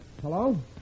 Hello